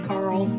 Carl